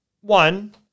One